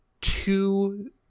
two